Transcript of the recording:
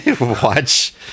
watch